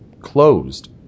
closed